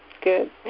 Good